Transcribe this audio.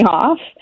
off